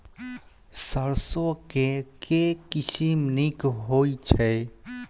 सैरसो केँ के किसिम नीक होइ छै?